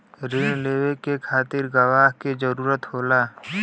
रिण लेवे के खातिर गवाह के जरूरत होला